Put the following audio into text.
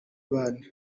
bana